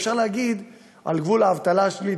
אפשר להגיד על גבול האבטלה השלילי,